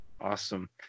Awesome